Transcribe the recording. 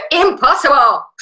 Impossible